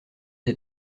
des